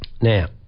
Now